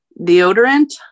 deodorant